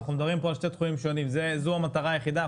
אנחנו מדברים פה על שני תחומים שונים וזו המטרה היחידה,